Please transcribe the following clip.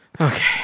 okay